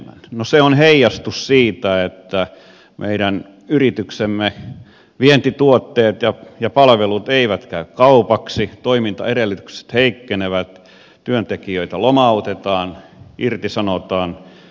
no se on heijastus siitä että meidän yrityksiemme vientituotteet ja palvelut eivät käy kaupaksi toimintaedellytykset heikkenevät työntekijöitä lomautetaan irtisanotaan